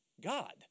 God